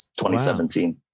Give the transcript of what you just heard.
2017